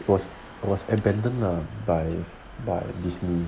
it was it was abandoned by by this new